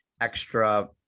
extra